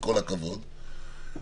עם כל הכבוד להם,